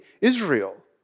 Israel